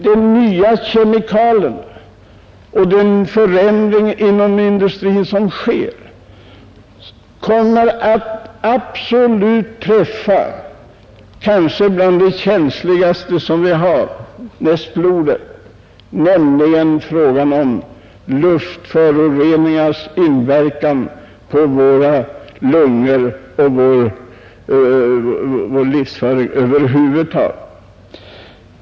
De nya kemikalierna och den förändring som sker inom industrin kommer absolut att träffa något av det känsligaste som vi har näst blodet; det är fråga om luftföroreningars inverkan på våra lungor och på vår livsföring över huvud taget.